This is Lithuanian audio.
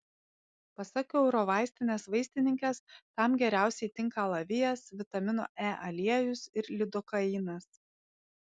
pasak eurovaistinės vaistininkės tam geriausiai tinka alavijas vitamino e aliejus ir lidokainas